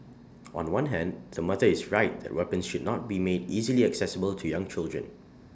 on one hand the mother is right that weapons should not be made easily accessible to young children